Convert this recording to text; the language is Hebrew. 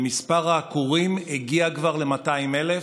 ומספר העקורים הגיע כבר ל-200,000.